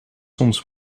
soms